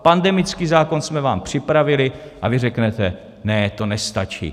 Pandemický zákon jsme vám připravili a vy řeknete: Ne, to nestačí.